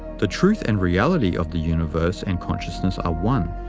the truth and reality of the universe and consciousness are one,